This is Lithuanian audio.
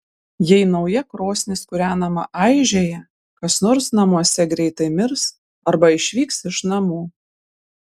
jei nauja krosnis kūrenama aižėja kas nors namuose greitai mirs arba išvyks iš namų